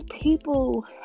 people